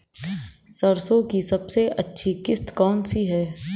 सरसो की सबसे अच्छी किश्त कौन सी है?